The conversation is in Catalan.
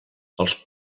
els